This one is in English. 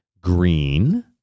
green